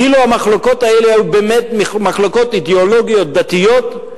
כי אילו המחלוקות האלה היו באמת מחלוקות אידיאולוגיות דתיות,